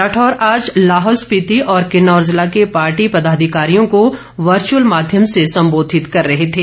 राठौर आज लाहौल स्पिति और किन्नौर जिला के पार्टी पदाधिकारियों को वर्चुअल माध्यम से सम्बोधित कर रहे थे